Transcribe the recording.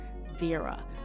Vera